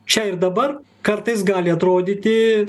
čia ir dabar kartais gali atrodyti